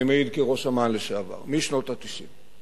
אני מעיד כראש אמ"ן לשעבר, משנות ה-90.